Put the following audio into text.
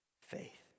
faith